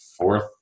fourth